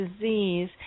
disease